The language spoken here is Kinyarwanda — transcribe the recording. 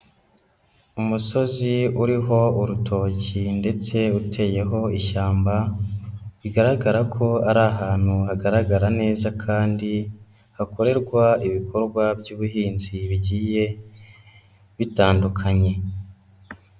Umusozi uriho urutoki ndetse uteyeho ishyamba, bigaragara ko ari ahantu hagaragara neza kandi hakorerwa ibikorwa by'ubuhinzi bigiye bitandukanye.